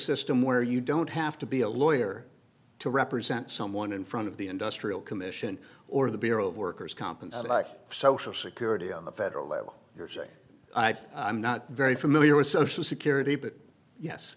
system where you don't have to be a lawyer to represent someone in front of the industrial commission or the bureau of workers compensation social security on the federal level you're saying i'm not very familiar with social security but yes